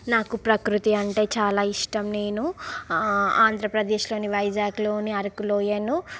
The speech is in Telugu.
నాకు ప్రకృతి అంటే చాలా ఇష్టం నేను ఆంధ్రప్రదేశ్ లో వైజాగులోని అరకులోయను